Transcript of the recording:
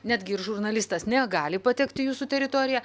netgi ir žurnalistas negali patekti į jūsų teritoriją